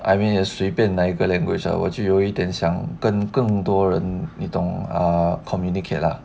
I mean err 随便哪一个 language ah 我就有一点想跟更多人你懂 err communicate lah